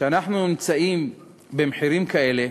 כשאנחנו נמצאים במחירים כאלה,